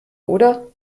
oder